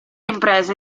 imprese